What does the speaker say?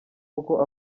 uko